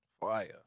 Fire